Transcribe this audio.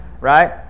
right